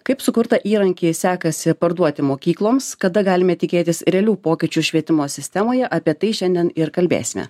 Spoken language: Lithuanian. kaip sukurtą įrankį sekasi parduoti mokykloms kada galime tikėtis realių pokyčių švietimo sistemoje apie tai šiandien ir kalbėsime